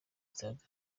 stade